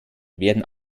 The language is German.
werden